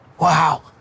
Wow